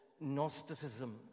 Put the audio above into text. Gnosticism